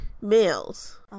Males